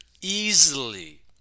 easily